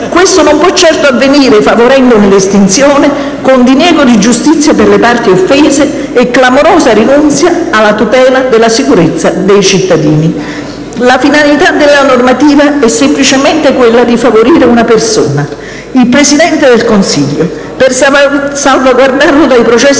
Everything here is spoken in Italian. questo non può certo avvenire favorendone l'estinzione, con diniego di giustizia per le parti offese e clamorosa rinunzia alla tutela della sicurezza dei cittadini. La finalità della normativa è semplicemente quella di favorire una persona, il Presidente del Consiglio, per salvaguardarlo dai processi